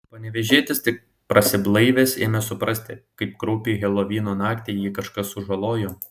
panevėžietis tik prasiblaivęs ėmė suprasti kaip kraupiai helovino naktį jį kažkas sužalojo